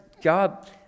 God